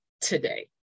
today